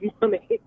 money